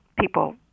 people